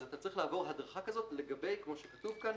אז צריך לעבור הדרכה כזו לגבי, כמו שכתוב כאן,